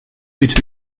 mit